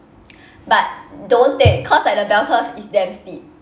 but don't take cause like the bell curve is damn steep